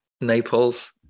Naples